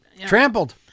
Trampled